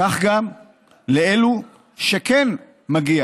כך, גם לאלו שכן מגיע